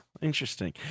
Interesting